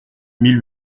mille